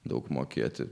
daug mokėti